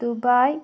Dubai